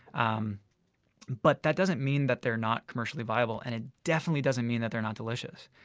um but, that doesn't mean that they're not commercially viable and it definitely doesn't mean that they're not delicious.